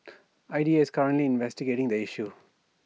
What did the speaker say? I D A is currently investigating the issue